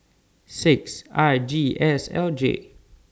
six I G S L J